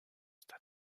stade